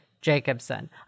Jacobson